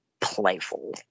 Playful